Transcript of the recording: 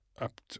up